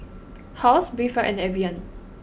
Halls Breathe and Evian